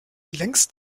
längst